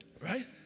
right